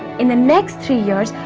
in the next three years,